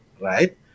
right